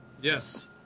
Yes